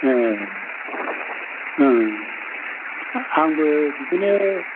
ए ओम आंबो बिदिनो